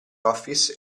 office